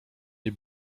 nie